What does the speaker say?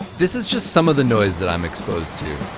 this is just some of the noise that i'm exposed to.